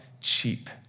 cheap